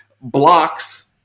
blocks